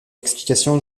explication